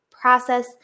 process